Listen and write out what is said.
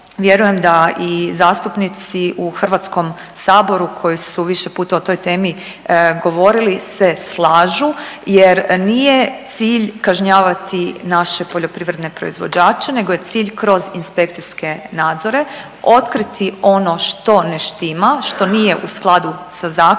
vjerujem da i zastupnici u Hrvatskom saboru koji su više puta o toj temi govorili se slažu, jer nije cilj kažnjavati naše poljoprivredne proizvođače nego je cilj kroz inspekcijske nadzora otkriti ono što ne štima, što nije u skladu sa zakonom,